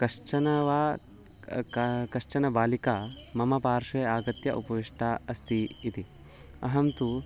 कश्चन वा क कश्चन बालिका मम पार्श्वे आगत्य उपविष्टा अस्ति इति अहं तु